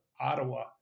Ottawa